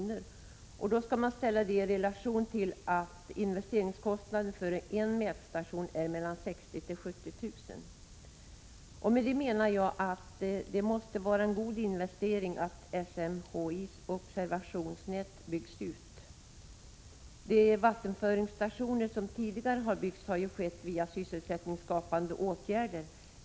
Det beloppet skall man sätta i relation till att investeringskostnaden för en mätstation är 60 000-70 000 kr. Med det menar jag att det måste vara en god investering att bygga ut SMHI:s observationsnät. Tidigare utbyggnader av vattenföringsstationer har skett genom sysselsättningsskapande åtgärder.